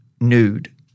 nude